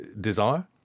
desire